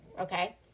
okay